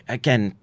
again